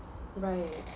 right